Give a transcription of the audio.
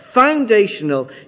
foundational